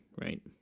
right